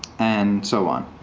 and so on.